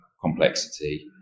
complexity